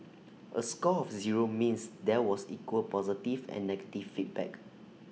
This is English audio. A score of zero means there was equal positive and negative feedback